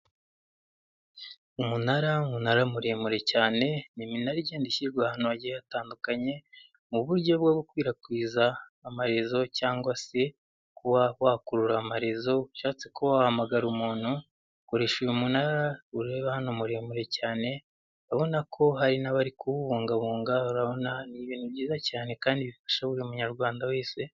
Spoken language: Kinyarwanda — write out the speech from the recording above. Umunara, umunara muremure cyane, ni iminara igenda ishyirwa ahantu hagiye hatandukanye, mu buryo bwo gukwirakwiza amarezo cyangwa se kuba wakurura amarezo, ushatse kuba wahamagara umuntu, koresha uyu munara ureba hano muremure cyane, urabona ko hari n'abari kuwubungabunga, urabona ni ibintu byiza cyane kandi bifasha buri munyarwanda wese